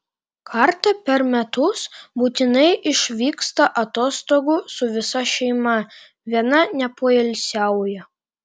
kartą per metus būtinai išvyksta atostogų su visa šeima viena nepoilsiauja